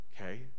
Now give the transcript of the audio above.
okay